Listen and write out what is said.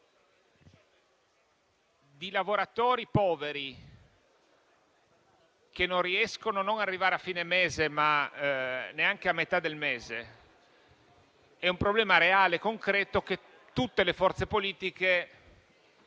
dei lavoratori poveri che non riescono ad arrivare non a fine mese, ma neanche a metà del mese, è un problema reale e concreto che mi sembra evidente